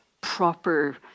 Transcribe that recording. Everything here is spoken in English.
proper